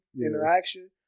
interaction